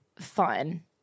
fun